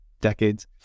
decades